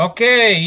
Okay